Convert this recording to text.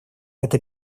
это